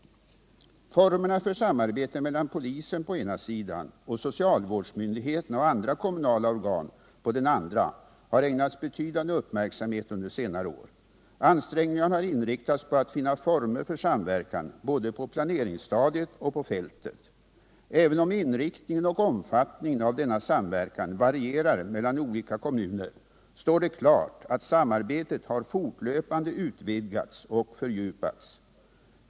Formerna för samarbete mellan polisen på ena sidan samt socialvårdsmyndigheterna och andra kommunala organ på den andra har ägnats betydande uppmärksamhet under senare år. Ansträngningarna har inriktats på att finna former för samverkan både på planeringsstadiet och på fältet. Även om inriktningen och omfattningen av denna samverkan varierar mellan olika kommuner, står det klart att samarbetet har fortlöpande utvidgats och fördjupats.